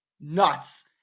Nuts